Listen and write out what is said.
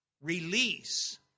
Release